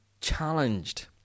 challenged